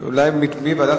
אולי מוועדת